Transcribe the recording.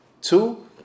Two